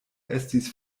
estis